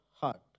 heart